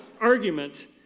argument